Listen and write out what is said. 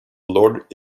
lord